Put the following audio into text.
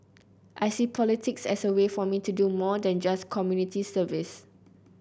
I see politics as a way for me to do more than just community service